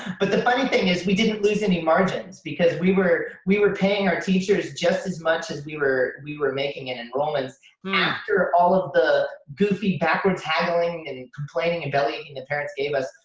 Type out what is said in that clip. but the funny thing is, we didn't lose any margins, because we were we were paying our teachers just as much as we were we were making in enrollments after all of the goofy, backwards haggling, and complaining, and bellyaching the parents gave us,